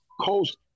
Coast